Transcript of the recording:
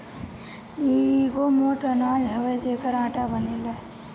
इ एगो मोट अनाज हअ जेकर आटा बनेला